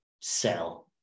sell